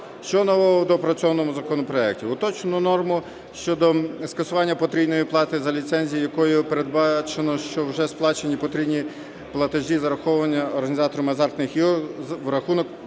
Що нового в доопрацьованому законопроекті. Уточнено норму щодо скасування потрійної плати за ліцензію, якою передбачено, що вже сплачені потрійні платежі, зараховані організаторами азартних ігор, будуть